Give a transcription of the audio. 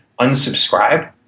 unsubscribe